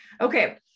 Okay